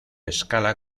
escala